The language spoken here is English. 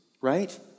right